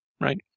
right